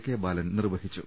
K Balan നിർവ്വഹിച്ചു